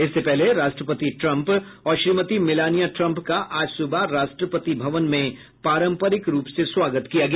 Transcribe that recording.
इससे पहले राष्ट्रपति ट्रम्प और श्रीमती मिलानिया ट्रम्प का आज सुबह राष्ट्रपति भवन में पारंपरिक स्वागत किया गया